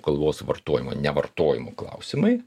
kalbos vartojimo nevartojimo klausimai